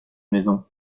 maison